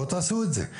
בואו תעשו את זה.